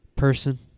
person